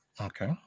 Okay